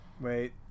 Wait